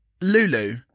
Lulu